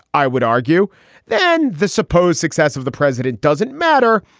i would argue then the supposed success of the president doesn't matter.